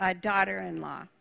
daughter-in-law